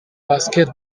basket